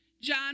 John